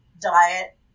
diet